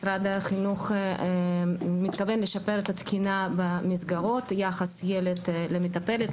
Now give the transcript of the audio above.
משרד החינוך מתכוון לשפר את התקינה במסגרות יחס ילד למטפלת,